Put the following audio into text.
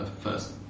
first